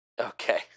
Okay